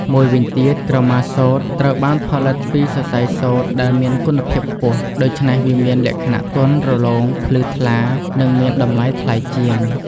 មួយវិញទៀត ក្រមាសូត្រ ត្រូវបានផលិតពីសរសៃសូត្រដែលមានគុណភាពខ្ពស់ ដូច្នេះវាមានលក្ខណៈទន់រលោង ភ្លឺថ្លា និងមានតម្លៃថ្លៃជាង។